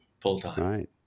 full-time